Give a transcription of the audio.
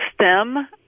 STEM